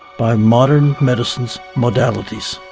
by modern medicine's modalities.